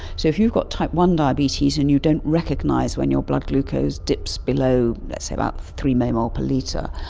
so if you've got type one diabetes and you don't recognise when your blood glucose dips below, let's say, about three millimole per litre,